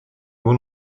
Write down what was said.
nur